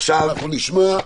עכשיו אנחנו נשמע.